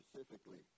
specifically